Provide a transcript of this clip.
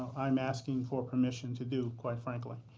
i'm asking for permission to do, quite frankly.